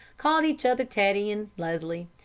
called each other teddy and leslie.